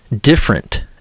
different